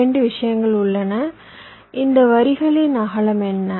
2 விஷயங்கள் உள்ளன இந்த வரிகளின் அகலம் என்ன